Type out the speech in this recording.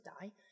die